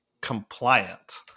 compliant